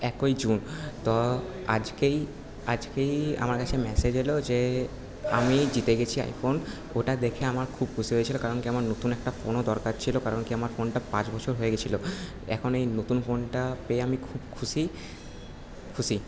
একই জুন তো আজকেই আজকেই আমার কাছে ম্যাসেজ এলো যে আমি জিতে গেছি আইফোন ওটা দেখে আমার খুব খুশি হয়েছিলো কারণ কি আমার নতুন একটা ফোনও দরকার ছিল কারণ কি আমার ফোনটা পাঁচ বছর হয়ে গেছিলো এখন এই নতুন ফোনটা পেয়ে আমি খুব খুশি খুশি